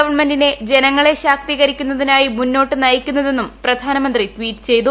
ഗവൺമെന്റിനെ ജനങ്ങളെ ശാക്തീകരിക്കുന്നതിനായി മുന്നോട്ട് നയിക്കുന്നതെന്നും പ്രധാനമത്തി ട്വിറ്റ് ചെയ്തു